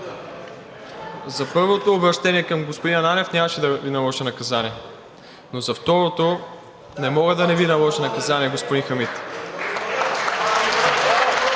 за първото обръщение към господин Ананиев нямаше да Ви наложа наказание, но за второто не мога да не Ви наложа наказание. (Ръкопляскания